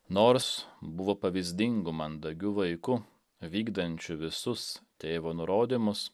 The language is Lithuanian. nors buvo pavyzdingu mandagiu vaiku vykdančiu visus tėvo nurodymus